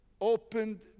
opened